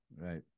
right